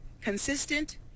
consistent